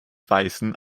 weißen